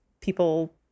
people